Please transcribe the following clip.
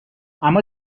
اما